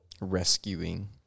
Rescuing